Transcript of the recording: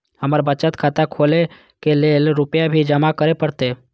हमर बचत खाता खोले के लेल रूपया भी जमा करे परते?